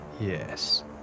yes